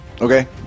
Okay